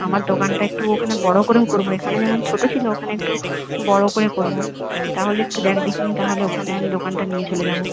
আমার দোকানটা একটু ওখানে বড়ো করেও করব এখানে যেমন ছোটো ছিল ওখানে একটু বড়ো করে করব তাহলে একটু দেখ দেখি তাহলে ওখানে আমি দোকানটা নিয়ে চলে যাব